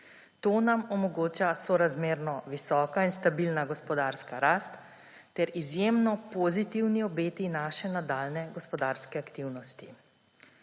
To nam omogoča sorazmerno visoka in stabilna gospodarska rast ter izjemno pozitivni obeti naše nadaljnje gospodarske aktivnosti.